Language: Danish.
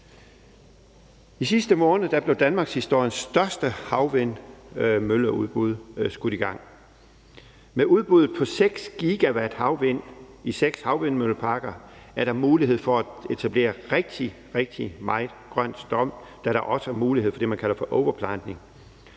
I sidste måned blev danmarkshistoriens største havvindmølleudbud skudt i gang. Med udbuddet på 6 GW havvind i seks havvindmølleparker er der mulighed for at etablere rigtig, rigtig meget grøn strøm, da der også er mulighed for det,